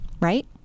right